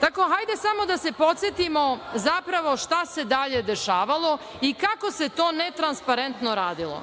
zakona. Hajde samo da se podsetimo zapravo šta se dalje dešavalo i kako se to netransparentno radilo.